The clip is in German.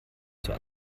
zur